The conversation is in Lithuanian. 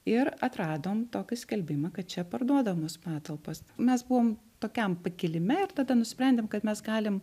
ir atradom tokį skelbimą kad čia parduodamos patalpos mes buvom tokiam pakilime ir tada nusprendėm kad mes galim